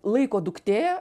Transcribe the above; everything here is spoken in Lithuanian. laiko duktė